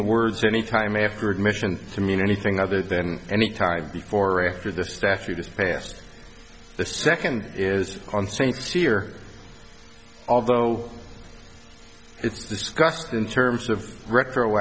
the words any time after admission to mean anything other than any time before or after the statute is passed the second is on st cyr although it's discussed in terms of retro